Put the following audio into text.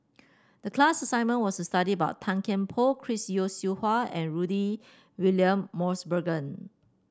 the class assignment was to study about Tan Kian Por Chris Yeo Siew Hua and Rudy William Mosbergen